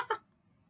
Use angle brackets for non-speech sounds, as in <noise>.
<laughs>